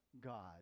God